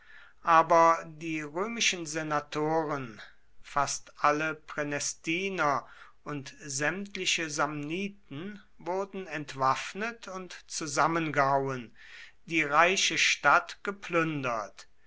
aber die römischen senatoren fast alle pränestiner und sämtliche samniten wurden entwaffnet und zusammengehauen die reiche stadt geplündert